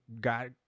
got